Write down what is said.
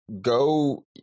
go